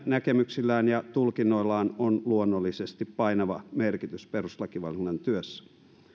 näkemyksillä ja tulkinnoilla on on luonnollisesti painava merkitys perustuslakivaliokunnan työssä